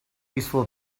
useful